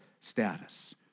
status